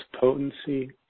potency